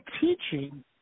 teaching